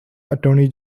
attorney